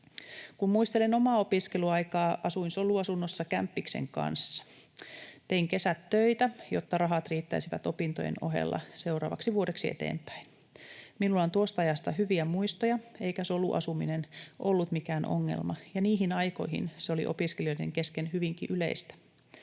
Kun muistelen omaa opiskeluaikaa, asuin soluasunnossa kämppiksen kanssa. Tein kesät töitä, jotta rahat riittäisivät opintojen ohella seuraavaksi vuodeksi eteenpäin. Minulla on tuosta ajasta hyviä muistoja, eikä soluasuminen ollut mikään ongelma, ja niihin aikoihin se oli opiskelijoiden kesken hyvinkin yleistä.